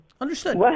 Understood